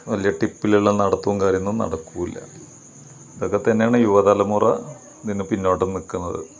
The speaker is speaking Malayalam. വലിയ ടിപ്പിലുള്ള നടത്തവും കാര്യങ്ങളും നടക്കില്ല ഇതൊക്കെത്തന്നെയാണ് യുവതലമുറ ഇതിന് പിന്നോട്ട് നിൽക്കുന്നത്